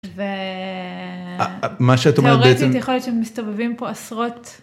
מה שאת אומרת יכול להיות שמסתובבים פה עשרות.